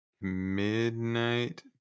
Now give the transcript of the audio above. Midnight